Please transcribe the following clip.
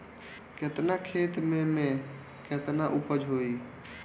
केतना खेत में में केतना उपज होई?